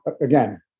again